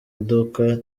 iduka